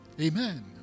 Amen